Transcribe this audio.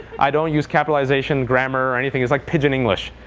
i don't use capitalization, grammar, anything. it's like pidgin english.